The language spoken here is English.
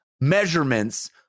measurements